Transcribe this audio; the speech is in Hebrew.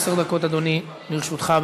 עשר דקות, אדוני, לרשותך.